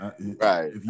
Right